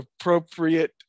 appropriate